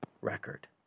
record